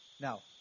Now